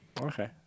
Okay